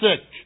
sick